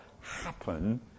happen